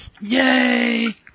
Yay